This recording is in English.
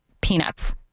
peanuts